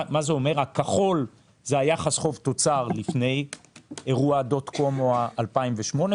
הצבע כחול זה יחס חוב-תוצר לפני אירוע הדוט-קום או 2008,